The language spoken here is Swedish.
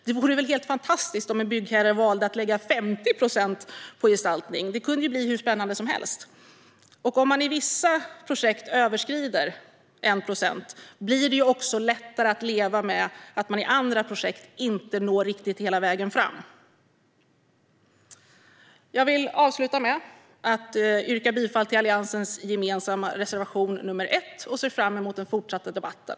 Det vore väl helt fantastiskt om en byggherre valde att lägga 50 procent på gestaltning - det kunde ju bli hur spännande som helst! Och om man i vissa projekt överskrider 1 procent blir det också lättare att leva med att man i andra projekt inte riktigt når hela vägen fram. Jag vill avsluta med att yrka bifall till Alliansens gemensamma reservation nr 1. Jag ser fram emot den fortsatta debatten.